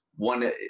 One